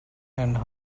and